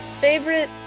favorite